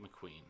McQueen